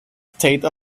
state